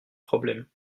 problème